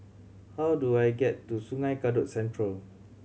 how do I get to Sungei Kadut Central